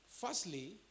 Firstly